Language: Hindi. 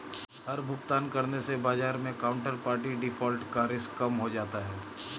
हर भुगतान करने से बाजार मै काउन्टरपार्टी डिफ़ॉल्ट का रिस्क कम हो जाता है